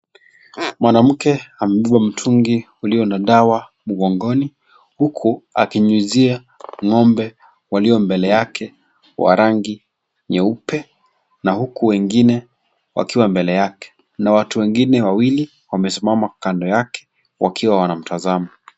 Mwanamke amebeba mtungi uliyo na dawa mgongoni. Huku akinyuzia ngombe waliyo mbele yake wa rangi nyeupe, na huku wengine wakiwa mbele yake, na watu wengine wawili wamesimama kando yake wakiwa wanamtazama.